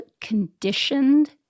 conditioned